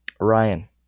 ryan